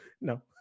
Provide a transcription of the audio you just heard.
No